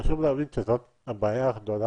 חשוב להבין שזאת הבעיה הגדולה.